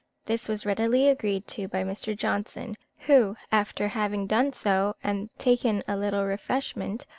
this was readily agreed to by mr. johnson, who, after having done so, and taken a little refreshment,